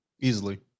easily